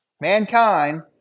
mankind